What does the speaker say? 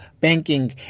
banking